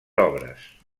obres